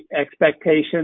expectations